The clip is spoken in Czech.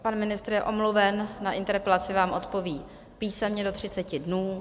Pan ministr je omluven, na interpelaci vám odpoví písemně do 30 dnů.